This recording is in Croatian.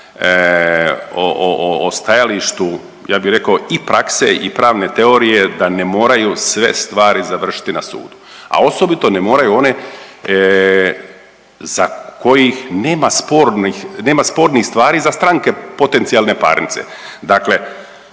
o stajalištu ja bi rekao i prakse i pravne teorije da ne moraju sve stvari završiti na sudu, a osobito ne moraju one za kojih nema spornih, nema spornih stvari za stranke potencijalne parnice. Dakle,